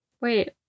wait